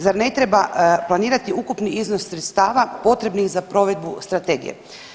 Zar ne treba planirati ukupni iznos sredstava potrebnih za provedbu strategije?